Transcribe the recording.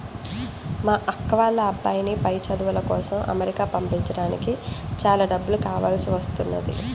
మా అక్క వాళ్ళ అబ్బాయిని పై చదువుల కోసం అమెరికా పంపించడానికి చాలా డబ్బులు కావాల్సి వస్తున్నది